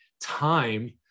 time